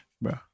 Bro